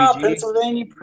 Pennsylvania